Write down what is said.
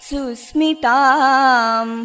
Susmitam